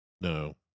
No